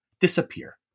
Disappear